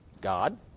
God